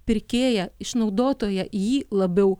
pirkėją išnaudotoją jį labiau